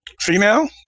Female